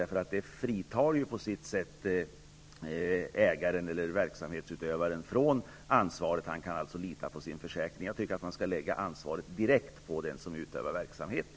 En försäkring fritar ägaren eller utövaren av verksamheten från ansvaret. Jag tycker att ansvaret skall läggas direkt på den som utövar verksamheten.